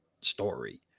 story